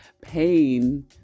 pain